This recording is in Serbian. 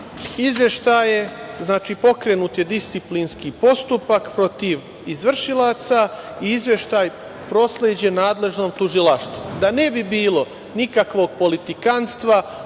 izveštaje, pokrenut je disciplinski postupak protiv izvršilaca i izveštaj prosleđen nadležnom tužilaštvu. Da ne bi bilo nikakvog politikanstva,